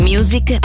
Music